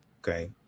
Okay